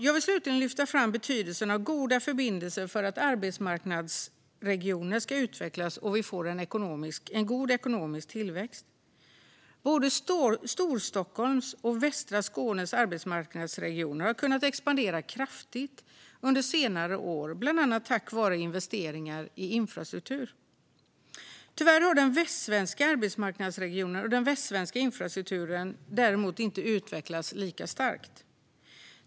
Jag vill slutligen lyfta fram betydelsen av goda förbindelser för att arbetsmarknadsregioner ska utvecklas och vi ska få god ekonomisk tillväxt. Både Storstockholms och västra Skånes arbetsmarknadsregioner har kunnat expandera kraftigt under senare år, bland annat tack vare investeringar i infrastruktur. Tyvärr har den västsvenska arbetsmarknadsregionen och den västsvenska infrastrukturen inte utvecklats lika starkt.